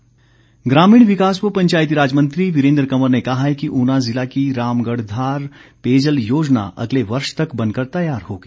वीरेन्द्र कंवर ग्रामीण विकास व पंचायतीराज मंत्री वीरेन्द्र कंवर ने कहा है कि ऊना जिला की रामगढ़धार पेयजल योजना अगले वर्ष तक बनकर तैयार होगी